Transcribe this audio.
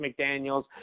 McDaniels